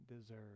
deserve